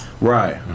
Right